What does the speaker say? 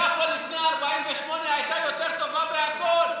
יפו לפני 48' הייתה יותר טובה בכול.